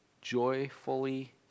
Joyfully